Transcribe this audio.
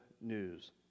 news